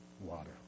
water